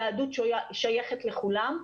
היהדות שייכת לכולם.